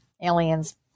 aliens